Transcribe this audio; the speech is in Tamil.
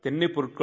தென்னை பொருட்கள்